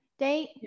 Date